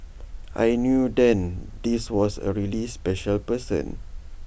I knew then this was A really special person